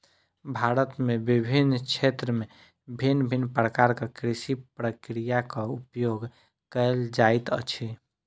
भारत में विभिन्न क्षेत्र में भिन्न भिन्न प्रकारक कृषि प्रक्रियाक उपयोग कएल जाइत अछि